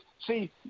see